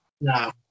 No